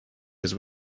his